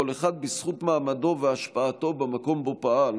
כל אחד בזכות מעמדו והשפעתו במקום שבו פעל,